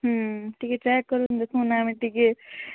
ହୁଁ ଟିକେ ଟ୍ରାଏ କରୁନ୍ ଦେଖୁନ୍ ଆମେ ଟିକେ